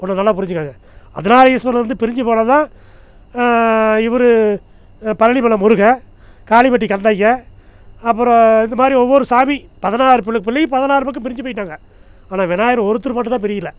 ஒன்று நல்லா புரிஞ்சிக்கோங்க அர்த்தனாரீஸ்வரர் வந்து பிரிஞ்சு போனதுதான் இவர் பழனி மலை முருகன் காளிப்பட்டி கந்தையன் அப்புறம் இந்தமாதிரி ஒவ்வொரு சாமி பதினாறு பு பிள்ளையும் பதினாறு பக்கம் பிரிஞ்சு போய்ட்டாங்க ஆனால் விநாயகர் ஒருத்தர் மட்டும்தான் பிரியல